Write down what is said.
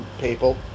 people